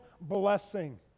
blessing